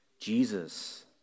jesus